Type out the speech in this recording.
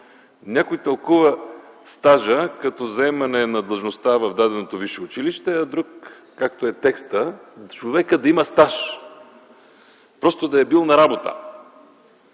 Някой тълкува стажа, като заемане на длъжността в дадено висше училище, а друг, както е в текста - човекът да има стаж, просто да е бил на работа.